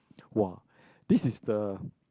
!wah! this is the